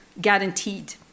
guaranteed